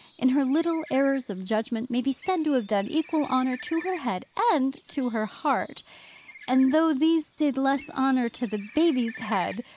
in her little errors of judgment, may be said to have done equal honour to her head and to her heart and though these did less honour to the baby's head,